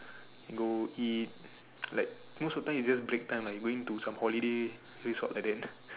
go eat like most of the time its just break time like going to some holiday resort at the end